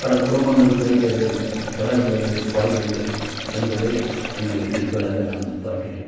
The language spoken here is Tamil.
பல குடும்பங்கள் பிழைத்தது வளர்ந்தது வாழ்ந்தது என்பதே என்னுடைய குறிக்கோளாக நான் பார்க்கிறேன்